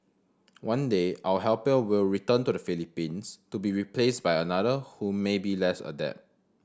one day our helper will return to the Philippines to be replaced by another who may be less adept